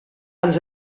ens